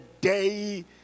day